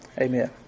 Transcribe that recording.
amen